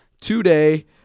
today